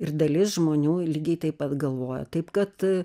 ir dalis žmonių lygiai taip pat galvojo taip kad